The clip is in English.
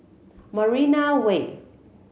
Marina Way